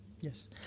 Yes